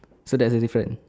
so that's the difference